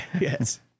Yes